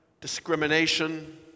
discrimination